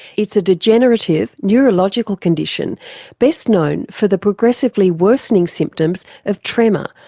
it's a degenerative neurological condition best known for the progressively worsening symptoms of tremor,